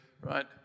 right